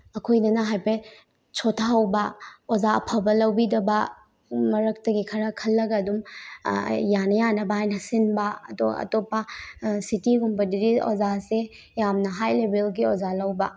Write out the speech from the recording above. ꯑꯩꯈꯣꯏꯗꯨꯅ ꯍꯥꯏꯐꯦꯠ ꯁꯣꯊꯍꯧꯕ ꯑꯣꯖꯥ ꯑꯐꯕ ꯂꯧꯕꯤꯗꯕ ꯃꯔꯛꯇꯒꯤ ꯈꯔ ꯈꯜꯂꯒ ꯑꯗꯨꯝ ꯌꯥꯅ ꯌꯥꯅꯕ ꯍꯥꯏꯅ ꯁꯤꯟꯕ ꯑꯗꯣ ꯑꯇꯣꯞꯄ ꯁꯤꯇꯤꯒꯨꯝꯕꯗꯗꯤ ꯑꯣꯖꯥꯁꯦ ꯌꯥꯝꯅ ꯍꯥꯏ ꯂꯦꯚꯦꯜꯒꯤ ꯑꯣꯖꯥ ꯂꯧꯕ